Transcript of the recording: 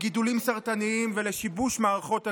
לגידולים סרטניים ולשיבוש מערכות הגוף.